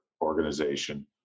organization